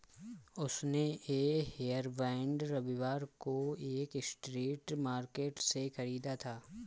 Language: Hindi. उसने ये हेयरबैंड रविवार को एक स्ट्रीट मार्केट से खरीदा था